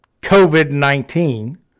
COVID-19